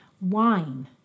wine